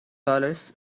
dollars